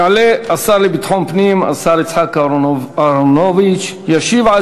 יעלה השר לביטחון פנים יצחק אהרונוביץ וישיב על